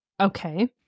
Okay